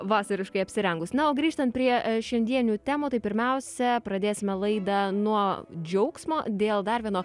vasariškai apsirengus na o grįžtant prie šiandienių temų tai pirmiausia pradėsime laidą nuo džiaugsmo dėl dar vieno